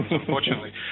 unfortunately